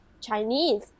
Chinese